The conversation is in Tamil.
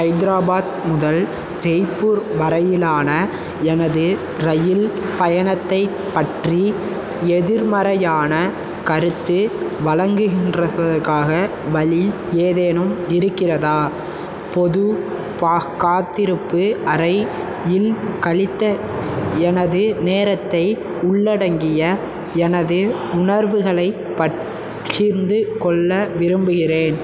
ஹைதராபாத் முதல் ஜெய்ப்பூர் வரையிலான எனது இரயில் பயணத்தை பற்றி எதிர்மறையான கருத்து வழங்குகின்றவதற்காக வழி ஏதேனும் இருக்கிறதா பொது கா காத்திருப்பு அறையில் கழித்த எனது நேரத்தை உள்ளடங்கிய எனது உணர்வுகளை பகிர்ந்துக்கொள்ள விரும்புகிறேன்